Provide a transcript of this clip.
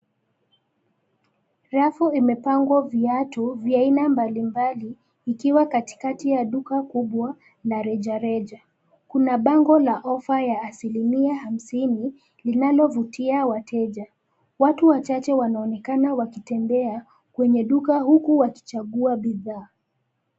Rafu imepangwa viatu vya aina mbalimbali, ikiwa katikati ya duka kubwa, na rejareja, kuna bango la ofa ya asilimia hamsini, linalovutia wateja, watu wachache wanaonekana wakitembea, kwenye duka huku wakichagua bidhaa.